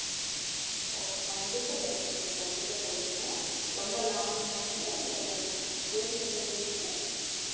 okay கண்டிப்பாக கிடைக்கிங்க sir கண்டிப்பாக கிடைக்கிங்க ரொம்ப லாங்குங்களா சார் இல்லை ஏரியா எந்த ஏரியாங்க சார்